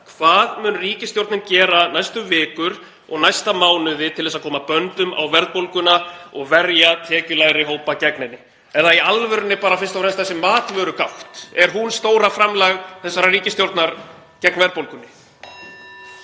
Hvað mun ríkisstjórnin gera næstu vikur og næstu mánuði til þess að koma böndum á verðbólguna og verja tekjulægri hópa gegn henni? Er það í alvörunni bara fyrst og fremst þessi matvörugátt? Er hún stóra framlag þessarar ríkisstjórnar gegn verðbólgunni?